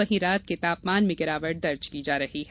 वहीं रात के तापमान में गिरावट दर्ज की जा रही है